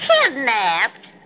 Kidnapped